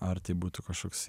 ar tai būtų kažkoks